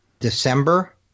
December